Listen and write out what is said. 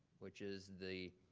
which is the